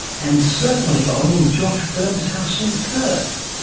and certainly on in josh byrne's house in perth.